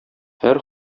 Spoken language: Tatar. һәр